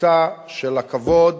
התפיסה של הכבוד,